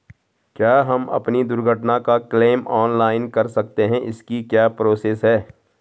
क्या हम अपनी दुर्घटना का क्लेम ऑनलाइन कर सकते हैं इसकी क्या प्रोसेस है?